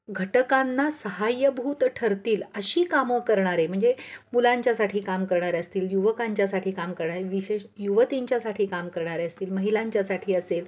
घटकांना सहाय्यभूत ठरतील अशी कामं करणारे म्हणजे मुलांच्यासाठी काम करणारे असतील युवकांच्यासाठी काम करणारे विशेष युवतींच्यासाठी काम करणारे असतील महिलांच्यासाठी असेल